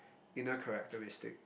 inner characteristic